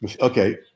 Okay